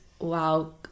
wow